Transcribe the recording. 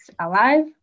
alive